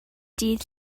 dydd